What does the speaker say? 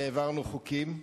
והעברנו חוקים.